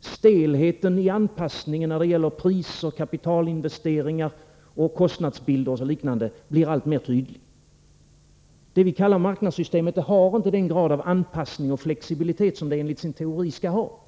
Stelheten i anpassningen när det gäller priser, kapitalinvesteringar, kostnadsbilder och liknande blir alltmer tydlig. Det vi kallar marknadssystemet har inte den grad av anpassning och flexibilitet som det enligt sin teori skall ha.